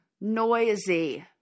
noisy